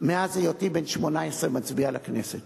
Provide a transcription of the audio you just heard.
מאז היותי בן 18, מצביע לכנסת